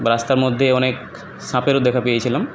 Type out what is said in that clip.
রাস্তার মধ্যে অনেক সাপেরও দেখা পেয়েছিলাম